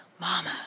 Mama